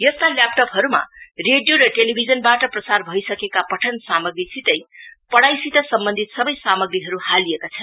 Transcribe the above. यस्ता ल्येपटपहरु रेडियो र टेलीभिजनबाट प्रसार भइसकेका पठन सामग्रीसितै पढाईसित सम्बन्धित सबै सामग्रीहरु हालिएका छन्